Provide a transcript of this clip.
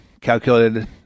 Calculated